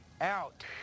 out